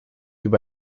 über